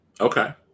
Okay